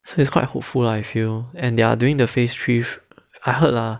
so it's quite hopeful lah I feel and they are doing the phase three I heard lah